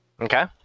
Okay